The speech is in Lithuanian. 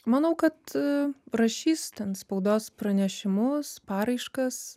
manau kad rašys ten spaudos pranešimus paraiškas